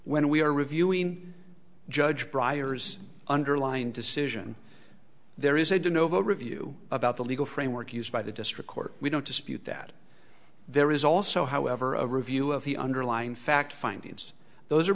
when we are reviewing judge briars underlined decision there is a do novo review about the legal framework used by the district court we don't dispute that there is also however a review of the underlying fact findings those are